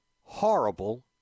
horrible